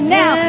now